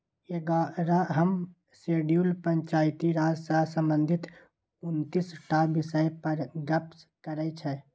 एगारहम शेड्यूल पंचायती राज सँ संबंधित उनतीस टा बिषय पर गप्प करै छै